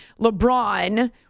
LeBron